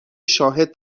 شاهد